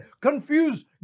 confused